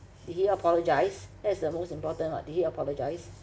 did he apologise that is the most important [what] did he apologise